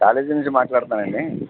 college నుంచి మాట్లాడతున్నాను అండి